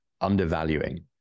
undervaluing